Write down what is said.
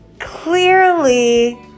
Clearly